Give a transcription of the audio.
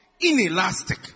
Inelastic